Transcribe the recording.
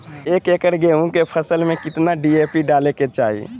एक एकड़ गेहूं के फसल में कितना डी.ए.पी डाले के चाहि?